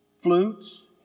flutes